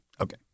Okay